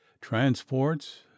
transports